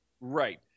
right